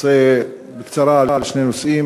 אני רוצה לדבר בקצרה על שני נושאים.